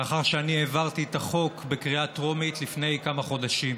לאחר שאני העברתי את החוק בקריאה טרומית לפני כמה חודשים.